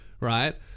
right